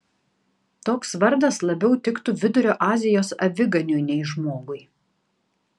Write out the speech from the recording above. toks vardas labiau tiktų vidurio azijos aviganiui nei žmogui